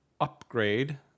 upgrade